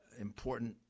Important